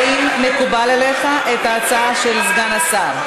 האם מקובלת עליך ההצעה של סגן השר?